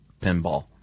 pinball